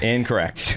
Incorrect